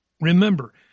Remember